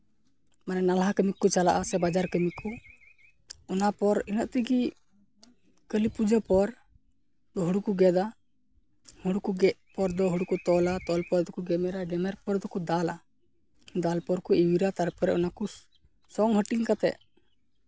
ᱢᱟᱱᱮ ᱱᱟᱞᱦᱟ ᱠᱟᱹᱢᱤ ᱠᱚᱠᱚ ᱪᱟᱞᱟᱜᱼᱟ ᱥᱮ ᱵᱟᱡᱟᱨ ᱠᱟᱹᱢᱤ ᱠᱚ ᱚᱱᱟ ᱯᱚᱨ ᱤᱱᱟᱹᱜ ᱛᱮᱜᱮ ᱠᱟᱹᱞᱤᱯᱩᱡᱟᱹ ᱯᱚᱨ ᱦᱩᱲᱩ ᱠᱚ ᱜᱮᱛᱼᱟ ᱦᱩᱲᱩ ᱠᱚ ᱜᱮᱛ ᱯᱚᱮ ᱫᱚ ᱦᱩᱲᱩ ᱠᱚ ᱛᱚᱞᱼᱟ ᱛᱚᱞ ᱯᱚᱨ ᱫᱚᱠᱚ ᱜᱮᱢᱮᱨᱟ ᱜᱮᱢᱮᱨ ᱯᱚᱨ ᱫᱚᱠᱚ ᱫᱟᱞᱟ ᱫᱟᱞ ᱯᱚᱨ ᱠᱚ ᱮᱣᱮᱨᱼᱟ ᱛᱟᱨᱯᱚᱨ ᱚᱱᱟ ᱠᱚ ᱥᱚᱝ ᱦᱟᱹᱴᱤᱧ ᱠᱟᱛᱮᱫ